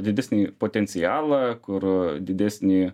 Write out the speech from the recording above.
didesnį potencialą kur didesnį